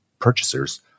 purchasers